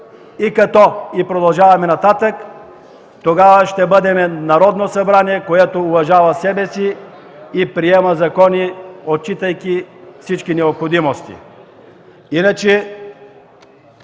и като ...” и продължаваме нататък, тогава ще бъдем Народно събрание, което уважава себе си и приема закони, отчитайки всички необходимости.